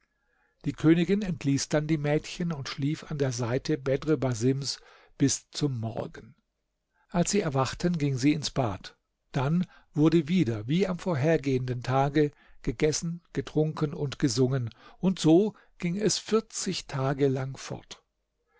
die königin entließ dann die mädchen und schlief an der seite bedr basims bis zum morgen als sie erwachten ging sie ins bad dann wurde wieder wie am vorhergehenden tage gegessen getrunken und gesungen und so ging es vierzig tage lang fort